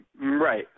Right